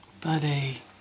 buddy